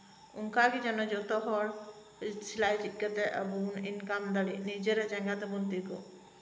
ᱚᱱᱠᱟ ᱜᱮ ᱡᱮᱱᱚ ᱡᱚᱛᱚ ᱦᱚᱲ ᱥᱤᱞᱟᱹᱭ ᱪᱮᱫ ᱠᱟᱛᱮᱫ ᱟᱵᱚᱵᱚᱱ ᱤᱱᱠᱟᱢ ᱫᱟᱲᱮᱜ ᱱᱤᱡᱮᱨᱟᱜ ᱡᱟᱸᱜᱟ ᱛᱮᱵᱚᱱ ᱛᱤᱜᱩ ᱫᱟᱲᱮᱜ